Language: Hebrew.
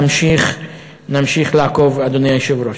נמשיך לעקוב, אדוני היושב-ראש.